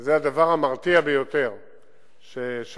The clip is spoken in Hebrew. זה הדבר המרתיע ביותר שקיים.